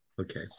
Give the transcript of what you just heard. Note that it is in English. okay